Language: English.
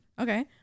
Okay